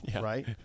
right